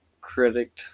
critic